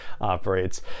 operates